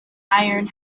iron